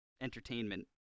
entertainment